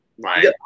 Right